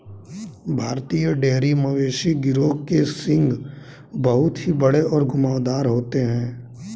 भारतीय डेयरी मवेशी गिरोह के सींग बहुत ही बड़े और घुमावदार होते हैं